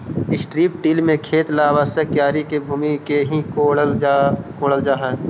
strip till में खेत ला आवश्यक क्यारी के भूमि के ही कोड़ल जा हई